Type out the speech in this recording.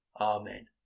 Amen